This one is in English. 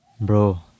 Bro